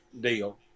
deal